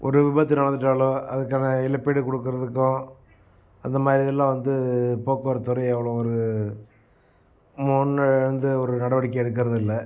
ஒரு விபத்து நடந்துவிட்டாலோ அதுக்கான இழப்பீடு கொடுக்குறதுக்கும் அந்தமாதிரி இதெல்லாம் வந்து போக்குவரத்துத்துறை அவ்வளோ ஒரு முன்னே வந்து ஒரு நடவடிக்கை எடுக்கிறதில்ல